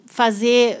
fazer